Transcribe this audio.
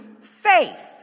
faith